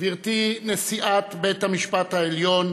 גברתי נשיאת בית המשפט העליון